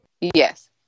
Yes